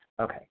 Okay